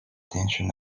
tension